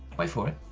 wait for it,